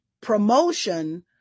promotion